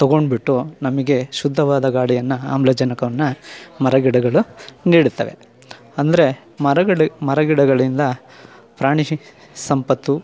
ತಗೊಂಡುಬಿಟ್ಟು ನಮಗೆ ಶುದ್ಧವಾದ ಗಾಳಿಯನ್ನು ಆಮ್ಲಜನಕವನ್ನು ಮರಗಿಡಗಳು ನೀಡುತ್ತವೆ ಅಂದರೆ ಮರಗಿಡ ಮರಗಿಡಗಳಿಂದ ಪ್ರಾಣಿ ಸಂಪತ್ತು